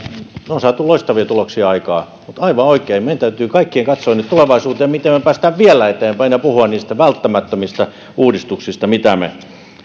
on saatu loistavia tuloksia aikaan mutta aivan oikein meidän täytyy kaikkien katsoa nyt tulevaisuuteen miten me pääsemme vielä eteenpäin ja puhua niistä välttämättömistä uudistuksista mitä me